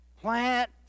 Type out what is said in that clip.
plant